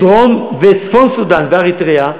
צפון-סודאן ואריתריאה,